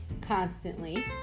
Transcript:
constantly